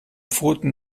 pfoten